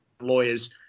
lawyers